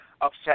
upset